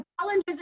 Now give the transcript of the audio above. Challenges